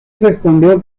respondió